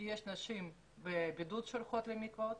שיש נשים בבידוד שהולכות למקוואות,